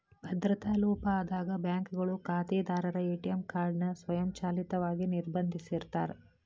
ಭದ್ರತಾ ಲೋಪ ಆದಾಗ ಬ್ಯಾಂಕ್ಗಳು ಖಾತೆದಾರರ ಎ.ಟಿ.ಎಂ ಕಾರ್ಡ್ ನ ಸ್ವಯಂಚಾಲಿತವಾಗಿ ನಿರ್ಬಂಧಿಸಿರ್ತಾರ